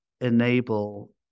enable